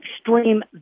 extreme